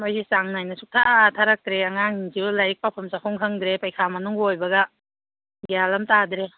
ꯃꯩꯁꯤ ꯆꯥꯡ ꯅꯥꯏꯅ ꯁꯨꯛꯊꯥ ꯊꯥꯔꯛꯇ꯭ꯔꯦ ꯑꯉꯥꯡꯁꯤꯡꯁꯨ ꯂꯥꯏꯔꯤꯛ ꯄꯥꯐꯝ ꯆꯥꯐꯝ ꯈꯪꯗ꯭ꯔꯦ ꯄꯔꯤꯈ꯭ꯋꯥ ꯃꯅꯨꯡꯒ ꯑꯣꯏꯕꯒ ꯒ꯭ꯌꯥꯟ ꯑꯃ ꯇꯥꯗ꯭ꯔꯦ